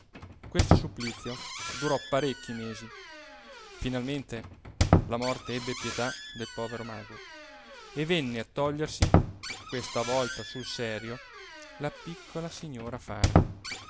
questo supplizio durò parecchi mesi finalmente la morte ebbe pietà del povero mago e venne a togliersi questa volta sul serio la piccola signora fana